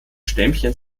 stämmchen